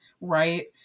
right